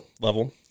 level